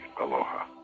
Aloha